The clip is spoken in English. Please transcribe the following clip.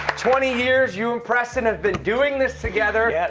twenty years you and preston have been doing this together. yes.